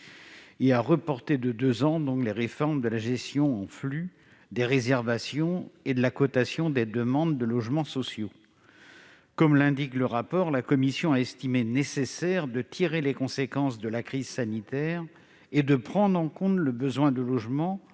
et à reporter de deux ans les réformes de la gestion en flux des réservations et de la cotation des demandes de logements sociaux. Comme l'indique le rapport, la commission a estimé nécessaire de tirer les conséquences de la crise sanitaire et de prendre en compte le besoin de logements